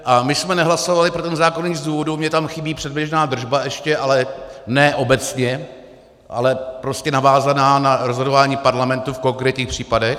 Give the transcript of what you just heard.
A my jsme nehlasovali pro ten zákon i z důvodu, mně tam chybí předběžná držba ještě, ale ne obecně, ale prostě navázaná na rozhodování Parlamentu v konkrétních případech.